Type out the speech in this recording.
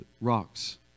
rocks